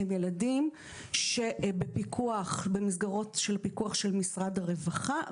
הם ילדים שבמסגרות של פיקוח של משרד הרווחה,